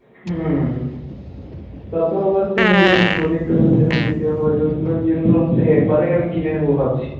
হ্যাঁ তারপরে আবার সেই এখানে প্রদীপটাতে তেল দিতে হয় ওইগুলোর জন্য সেই একবারেই আমি কিনে নেবো ভাবছি